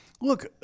look